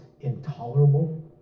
intolerable